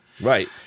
right